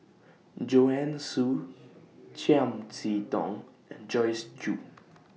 Joanne Soo Chiam See Tong and Joyce Jue